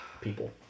people